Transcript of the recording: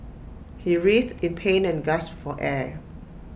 he writhed in pain and gasped for air